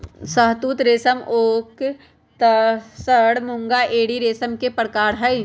शहतुत रेशम ओक तसर मूंगा एरी रेशम के परकार हई